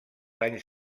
anys